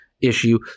issue